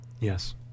Yes